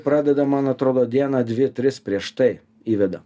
pradeda man atrodo dieną dvi tris prieš tai įveda